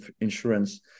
insurance